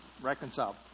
Reconcile